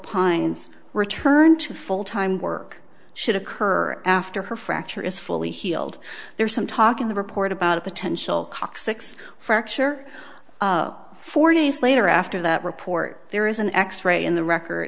pines return to full time work should occur after her fracture is fully healed there's some talk in the report about a potential cock six fracture four days later after that report there is an x ray in the record